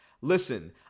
Listen